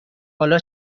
حالا